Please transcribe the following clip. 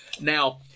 Now